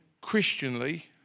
Christianly